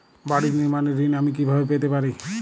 বাড়ি নির্মাণের ঋণ আমি কিভাবে পেতে পারি?